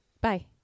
Bye